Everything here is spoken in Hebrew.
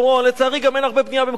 גם אין הרבה בנייה במקומות אחרים.